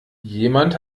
jemand